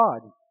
God